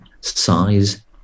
size